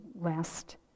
last